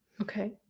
Okay